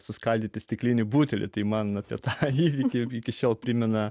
suskaldyti stiklinį butelį tai man apie tą įvykį iki šiol primena